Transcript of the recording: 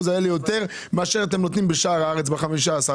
האלה יותר מאשר אתם נותנים בשאר הארץ ב-15%,